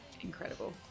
incredible